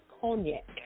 Cognac